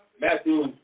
Matthew